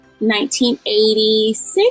1986